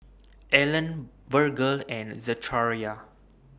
Allen Virgel and Zechariah